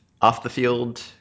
off-the-field